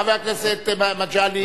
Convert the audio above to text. חבר הכנסת מגלי,